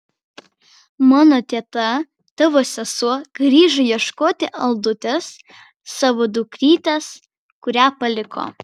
mano teta tėvo sesuo grįžo ieškoti aldutės savo dukrytės kurią paliko